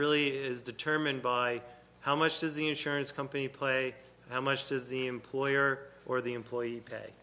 really is determined by how much does the insurance company play how much does the employer or the employee pay